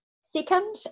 second